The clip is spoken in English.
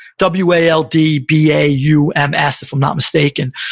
w a l d b a u m s, if i'm not mistaken.